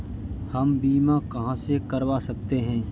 हम बीमा कहां से करवा सकते हैं?